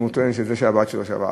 אם הוא טוען שזה מה שהבת שלו שווה.